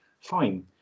fine